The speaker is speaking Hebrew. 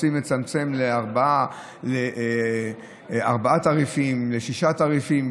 רוצים לצמצם לארבעה תעריפים או לשישה תעריפים.